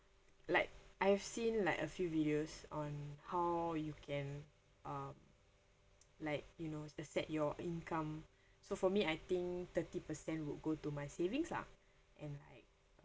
like I've seen like a few videos on how you can uh like you know uh set your income so for me I think thirty percent would go to my savings lah and like